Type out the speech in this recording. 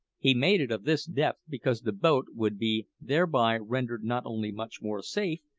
he made it of this depth because the boat would be thereby rendered not only much more safe,